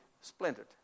splintered